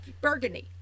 burgundy